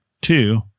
two